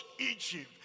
Egypt